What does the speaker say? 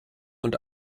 und